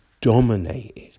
dominated